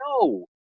no